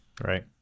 Right